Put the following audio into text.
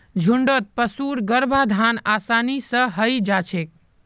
झुण्डत पशुर गर्भाधान आसानी स हई जा छेक